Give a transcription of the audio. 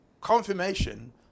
confirmation